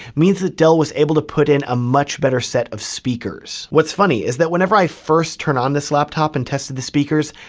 means that dell was able to put in a much better set of speakers. what's funny is that whenever i first turned on this laptop and tested the speakers,